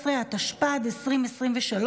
2), התשפ"ג 2023,